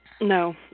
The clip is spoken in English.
No